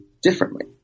differently